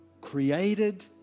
created